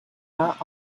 not